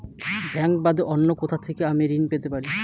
Bank বাদে অন্য কোথা থেকে আমি ঋন পেতে পারি?